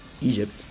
Egypt